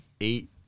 eight